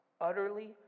Utterly